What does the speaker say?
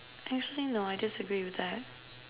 usually no I just agree with that